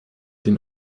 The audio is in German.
den